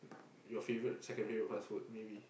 your favourite secondary fast food maybe